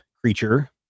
creature